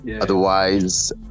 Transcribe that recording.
Otherwise